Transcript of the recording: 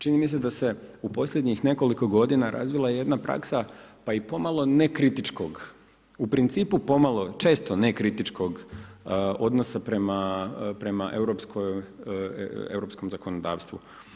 Čini mi se da se u posljednjih nekoliko godina razvila jedna praksa, pa i pomalo nekritičkog, u principu pomalo, često nekritičkog odnosa prema Europskom zakonodavstvu.